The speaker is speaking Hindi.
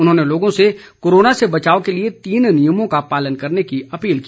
उन्होंने लोगों से कोरोना से बचाव के लिए तीन नियमों का पालन करने की अपील की